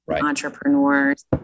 entrepreneurs